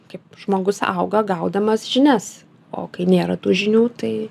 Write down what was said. kaip žmogus auga gaudamas žinias o kai nėra tų žinių tai